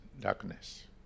darkness